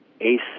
ACE